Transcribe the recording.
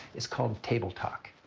is called table talk.